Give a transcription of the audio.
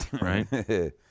Right